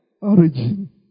origin